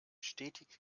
stetig